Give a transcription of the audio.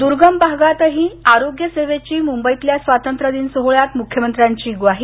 दुर्गम भागातही आरोग्यसेवेची मुंबईतल्या स्वातंत्र्यदिन सोहळ्यात मुख्यमंत्र्यांची ग्वाही